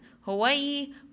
Hawaii